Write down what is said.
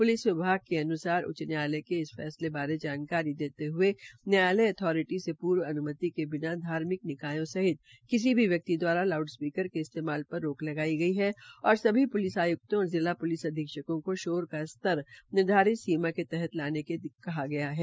police विभाग के प्रवक्ता ने उच्च न्यायालय के इस फैसले बारे जानकारी देते हये न्यायालय अथोरिटी से पूर्व अन्मति के बिना धार्मिक निकायों सहित किसी भी व्यक्ति दवारा लाउडस्पीकर के इस्तेमाल पर रोक लगाई गई है और सभी प्लिस आय्क्तों और जिला प्लिस अधीक्षकों को शोर का स्तर निर्धारित सीमा के तहत लाने के लिए निर्देश दिये है